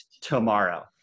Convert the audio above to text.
tomorrow